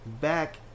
back